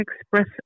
express